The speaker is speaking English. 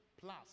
plus